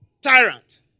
tyrant